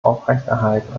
aufrechterhalten